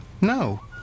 No